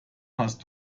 hast